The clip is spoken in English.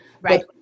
Right